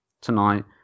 tonight